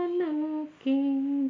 looking